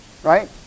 Right